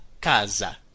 casa